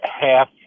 half